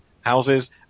houses